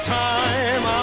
time